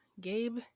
Gabe